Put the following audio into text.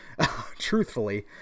truthfully